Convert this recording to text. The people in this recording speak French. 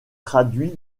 traduit